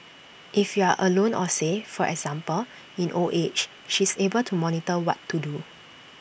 if you are alone or say for example in old age she's able to monitor what to do